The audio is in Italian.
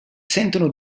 sentono